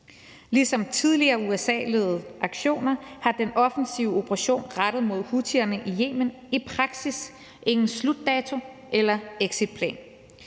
Ligesom tidligere USA-ledede aktioner har den offensive operation rettet mod houthierne i Yemen i praksis ingen slutdato eller exitplan.